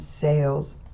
sales